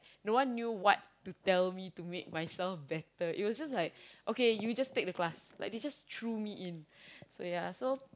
no one knew what to tell me to make myself better it was just like okay you just take the class like they just threw me in so ya so